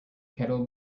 kettle